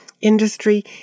industry